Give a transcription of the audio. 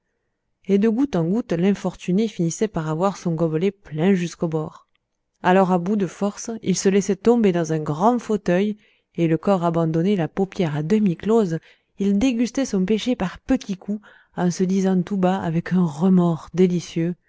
et de goutte en goutte l'infortuné finissait par avoir son gobelet plein jusqu'au bord alors à bout de forces il se laissait tomber dans un grand fauteuil et le corps abandonné la paupière à demi close il dégustait son péché par petits coups en se disant tout bas avec un remords délicieux